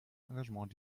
engagement